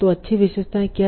तो अच्छी विशेषताएं क्या हैं